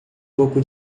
pouco